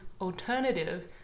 alternative